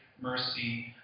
mercy